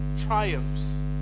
triumphs